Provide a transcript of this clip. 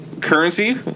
Currency